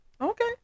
Okay